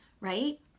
right